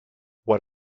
what